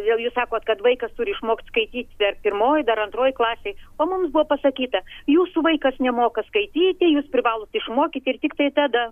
vėl jūs sakot kad vaikas turi išmokt skaityt per pirmoj dar antroj klasėj o mums buvo pasakyta jūsų vaikas nemoka skaityti jūs privalot išmokyt ir tiktai tada